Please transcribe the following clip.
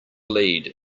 lead